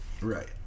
Right